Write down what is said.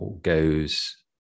goes